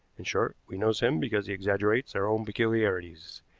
in short, we notice him because he exaggerates our own peculiarities.